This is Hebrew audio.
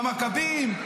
המכבים?